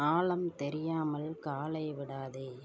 ஆழம் தெரியாமல் காலை விடாதே